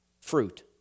fruit